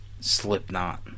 Slipknot